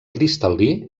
cristal·lí